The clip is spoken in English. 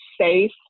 safe